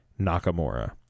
nakamura